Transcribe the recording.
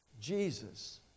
Jesus